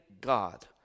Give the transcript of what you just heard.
God